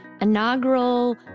inaugural